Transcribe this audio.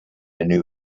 new